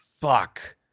Fuck